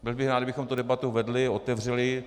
Byl bych rád, kdybychom tu debatu vedli, otevřeli.